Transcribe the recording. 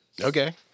Okay